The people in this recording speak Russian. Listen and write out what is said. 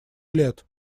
лет